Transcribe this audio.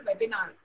webinar